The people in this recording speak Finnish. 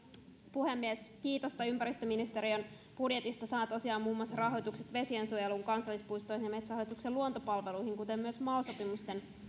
puhemies kiitosta ympäristöministeriön budjetissa saavat tosiaan muun muassa rahoitukset vesien suojeluun kansallispuistoihin ja metsähallituksen luontopalveluihin kuten myös mal sopimusten